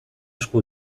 esku